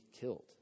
killed